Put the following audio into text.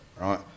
right